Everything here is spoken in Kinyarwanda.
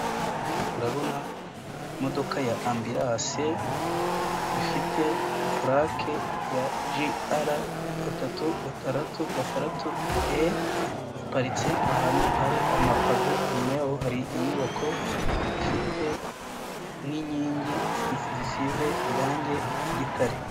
Ndabona imodoka ya ambilanse ifite pulake ya ji ara gatatu gatandatu gatandatu e, iparitse ahantu hari amapave inyuma yaho hari inyubako ifite n'inkingi zisize irangi ry'igitare.